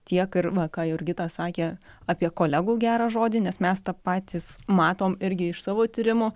tiek ir va ką jurgita sakė apie kolegų gerą žodį nes mes tą patys matom irgi iš savo tyrimo